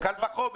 קל וחומר.